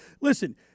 listen